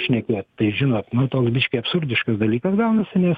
šnekėt tai žinot nu toks biški absurdiškas dalykas gaunasi